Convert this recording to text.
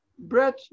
Brett